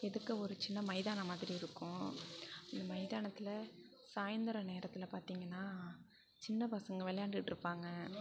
எதுக்க ஒரு சின்ன மைதானம் மாதிரி இருக்கும் அந்த மைதானத்தில் சாய்ந்தர நேரத்தில் பார்த்திங்கன்னா சின்ன பசங்க விளாண்டுட்டு இருப்பாங்க